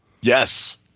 Yes